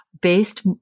based